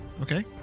Okay